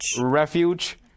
Refuge